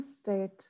state